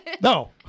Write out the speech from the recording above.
No